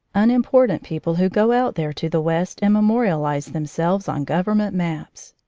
unimportant people who go out there to the west and memorialize themselves on government maps?